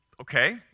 Okay